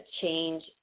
change